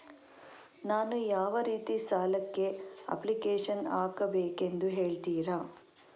ನಾನು ಯಾವ ರೀತಿ ಸಾಲಕ್ಕೆ ಅಪ್ಲಿಕೇಶನ್ ಹಾಕಬೇಕೆಂದು ಹೇಳ್ತಿರಾ?